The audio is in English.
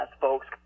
folks